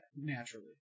naturally